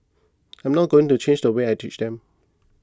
I'm not going to change the way I teach them